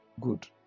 Good